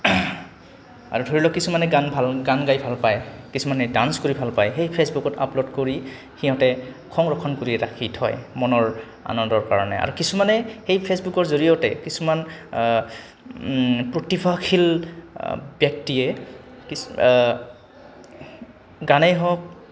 আৰু ধৰি লওক কিছুমানে গান ভাল গান গাই ভাল পায় কিছুমানে ডান্স কৰি ভাল পায় সেই ফে'চবুকত আপলোড কৰি সিহঁতে সংৰক্ষণ কৰি ৰাখি থয় মনৰ আনন্দৰ কাৰণে আৰু কিছুমানে সেই ফে'চবুকৰ জৰিয়তে কিছুমান প্ৰতিভাশীল ব্যক্তিয়ে কি গানেই হওক